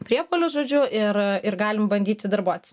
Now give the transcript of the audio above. priepuolius žodžiu ir ir galim bandyti darbuotis